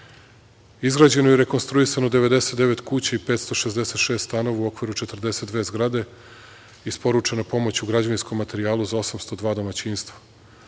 izgrađeno i rekonstruisano 99 kuća i 566 stanova u okviru 42 zgrade i isporučena pomoć u građevinskom materijalu za 802 domaćinstva.